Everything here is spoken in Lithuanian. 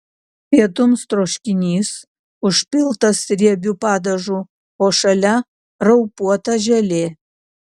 pietums troškinys užpiltas riebiu padažu o šalia raupuota želė